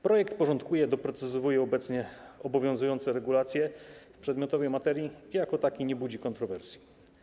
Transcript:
Projekt porządkuje, doprecyzowuje obecnie obowiązujące regulacje w przedmiotowej materii i jako taki nie budzi kontrowersji.